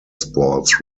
sports